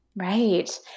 Right